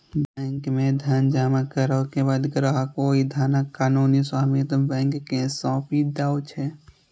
bank मे धन जमा करै के बाद ग्राहक ओइ धनक कानूनी स्वामित्व बैंक कें सौंपि दै छै